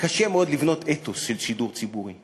קשה מאוד לבנות אתוס של שידור ציבורי,